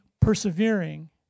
persevering